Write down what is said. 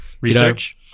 Research